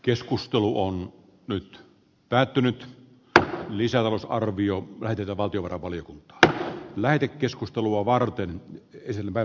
keskustelu on nyt päätynyt kevään lisätalousarvioon kaiteita valtiovarainvaliokunta lähetekeskustelua varten muttei selvä